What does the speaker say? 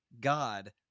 God